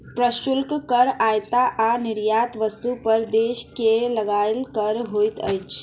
प्रशुल्क कर आयात आ निर्यात वस्तु पर देश के लगायल कर होइत अछि